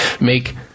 make